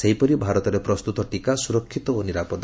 ସେହିପରି ଭାରତରେ ପ୍ରସ୍ତୁତ ଟିକା ସୁରକ୍ଷିତ ଓ ନିରାପଦ